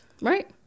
Right